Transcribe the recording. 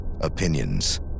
Opinions